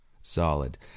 solid